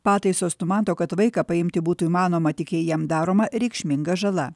pataisos numato kad vaiką paimti būtų įmanoma tik jei jam daroma reikšminga žala